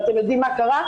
ואתם יודעים מה קרה?